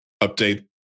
update